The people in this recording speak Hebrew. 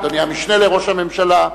אדוני המשנה לראש הממשלה,